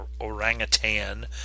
orangutan